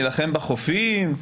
נילחם בחופים,